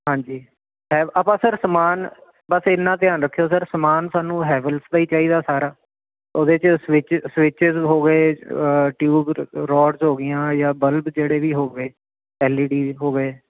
ਹਾਂਜੀ ਆਪਾਂ ਸਰ ਸਮਾਨ ਬਸ ਇਨਾ ਧਿਆਨ ਰੱਖਿਓ ਸਰ ਸਮਾਨ ਸਾਨੂੰ ਹੈਵਲਸ ਹੀ ਚਾਹੀਦਾ ਸਾਰਾ ਉਹਦੇ ਚ ਸਵਿ ਸਵਿਚਸ ਹੋ ਗਏ ਟਿਊਬ ਰੋਡਸ ਹੋ ਗਈਆਂ ਜਾਂ ਬਲਬ ਜਿਹੜੇ ਵੀ ਹੋਵੇ ਐਲਈਡੀ ਹੋਗੇ